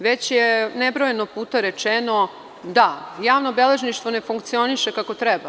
Već je nebrojeno puta rečeno, da javno beležništvo ne funkcioniše kako treba.